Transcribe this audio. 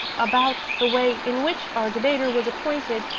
about the way in which our debater was appointed.